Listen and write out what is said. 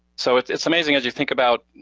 so it's it's amazing, as you think about,